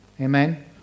Amen